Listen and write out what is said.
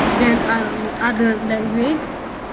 than other languages